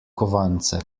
kovance